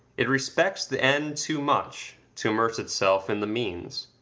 it respects the end too much, to immerse itself in the means.